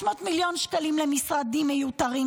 600 מיליון שקלים למשרדים מיותרים,